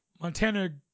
Montana